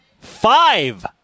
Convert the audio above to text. Five